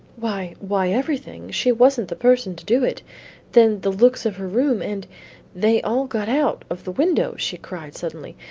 why, why, everything. she wasn't the person to do it then the looks of her room, and they all got out of the window, she cried suddenly,